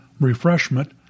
refreshment